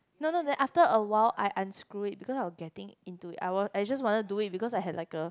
no no then after awhile I unscrew it because I was getting into it I was I just wanted to do it because I had like a